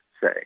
say